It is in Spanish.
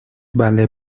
vale